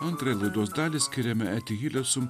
antrąją laidos dalį skiriame etihile sun